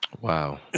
Wow